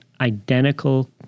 identical